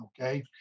okay